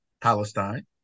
Palestine